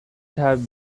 have